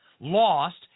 lost